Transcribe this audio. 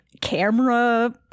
camera